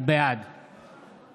בעד